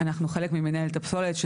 אנחנו חלק ממנהלת הפסולת,